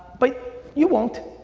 but you won't.